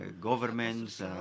governments